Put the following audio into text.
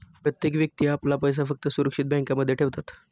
प्रत्येक व्यक्ती आपला पैसा फक्त सुरक्षित बँकांमध्ये ठेवतात